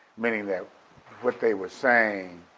meaning that what they were saying,